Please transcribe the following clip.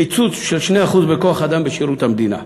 קיצוץ של 2% בכוח-האדם בשירות המדינה.